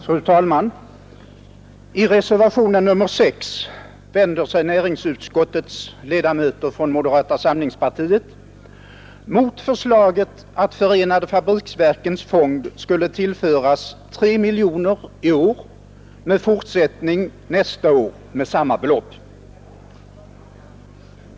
Fru talman! I reservationen 6 vänder sig näringsutskottets ledamöter från moderata samlingspartiet mot förslaget att förenade fabriksverkens fond skulle tillföras 3 miljoner i år med fortsättning nästa år med samma belopp.